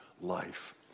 life